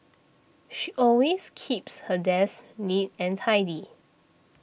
she always keeps her desk neat and tidy